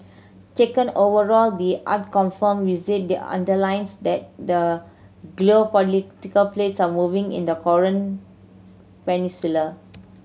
taken overall the unconfirmed visit the underlines that the geopolitical plates are moving in the Korean Peninsula